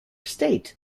state